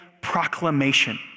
proclamation